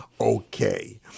okay